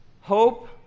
hope